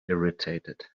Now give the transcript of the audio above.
irritated